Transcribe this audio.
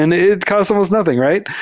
and it costs almost nothing, right?